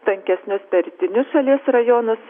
tankesnius per rytinius šalies rajonus